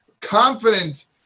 confident